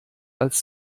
als